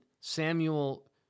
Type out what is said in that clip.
Samuel